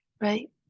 right